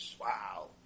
Wow